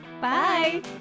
Bye